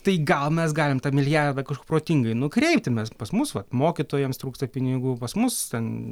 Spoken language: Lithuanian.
tai gal mes galim tą milijardą kažkur protingai nukreipti mes pas mus vat mokytojams trūksta pinigų pas mus ten